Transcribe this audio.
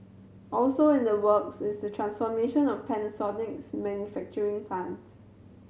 also in the works is the transformation of Panasonic's manufacturing plant